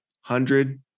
hundred